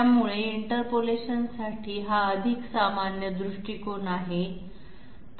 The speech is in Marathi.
त्यामुळे इंटरपोलेशनसाठी हा अधिक सामान्य दृष्टीकोन आहे